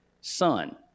Son